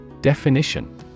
Definition